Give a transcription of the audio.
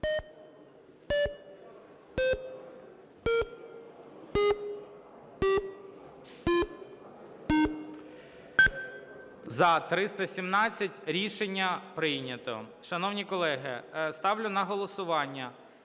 За-317 Рішення прийнято. Шановні колеги, ставлю на голосування